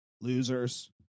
Losers